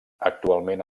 actualment